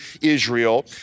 Israel